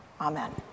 Amen